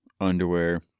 underwear